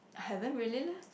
hasn't really leh